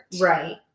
Right